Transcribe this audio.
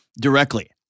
directly